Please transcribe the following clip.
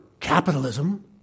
Capitalism